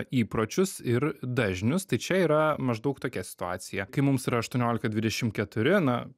įpročius ir dažnius tai čia yra maždaug tokia situacija kai mums yra aštuoniolika dvidešim keturi na